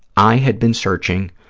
i had been searching